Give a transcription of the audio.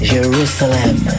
Jerusalem